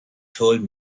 told